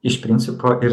iš principo ir